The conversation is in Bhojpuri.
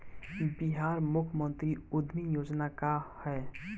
बिहार मुख्यमंत्री उद्यमी योजना का है?